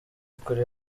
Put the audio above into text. kuri